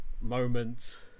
moment